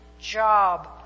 job